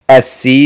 SC